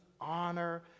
honor